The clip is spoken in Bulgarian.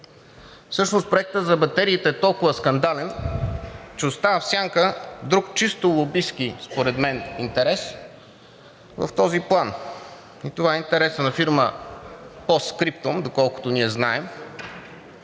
Всъщност проектът за батериите е толкова скандален, че остава в сянка друг чисто лобистки според мен интерес в този план и това е интересът на фирма „Постскриптум“, доколкото ние знаем,